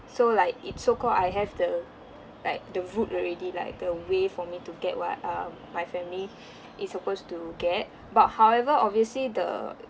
so like it's so called I have the like the route already like the way for me to get what uh my family is supposed to get but however obviously the